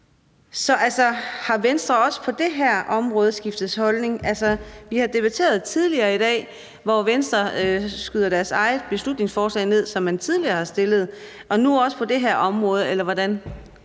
Så har Venstre også på det her område skiftet holdning, altså? Vi har debatteret det tidligere i dag, hvor Venstre skyder et beslutningsforslag ned, som man selv tidligere har fremsat, og nu sker det også på det her område, eller hvordan